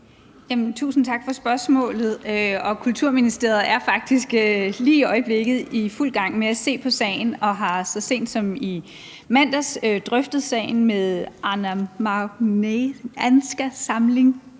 Tusind tak for spørgsmålet. Kulturministeriet er faktisk lige i øjeblikket i fuld gang med at se på sagen og har så sent som i mandags drøftet sagen med Den Arnamagnæanske Samling